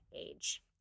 age